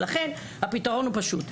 לכן הפתרון הוא פשוט.